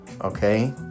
okay